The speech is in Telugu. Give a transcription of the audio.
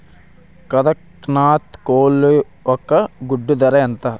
కదక్నత్ కోళ్ల ఒక గుడ్డు ధర ఎంత?